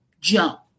jump